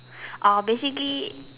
I'll basically